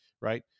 right